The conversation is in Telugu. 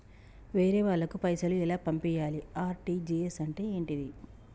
వేరే వాళ్ళకు పైసలు ఎలా పంపియ్యాలి? ఆర్.టి.జి.ఎస్ అంటే ఏంటిది?